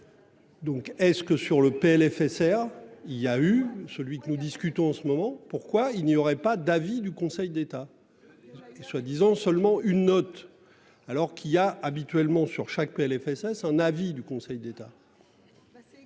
Donc est-ce que sur le PLFSS. Il y a eu celui que nous discutons en ce moment, pourquoi il n'y aurait pas d'avis du Conseil d'État. Et soit disant seulement une note alors qu'il y a habituellement sur chaque PLFSS un avis du Conseil d'État.